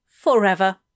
Forever